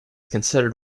considered